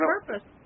purpose